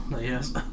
Yes